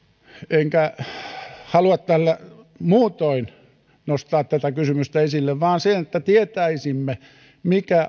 enkä halua tällä muutoin nostaa tätä kysymystä esille vain sen että tietäisimme mikä